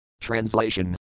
Translation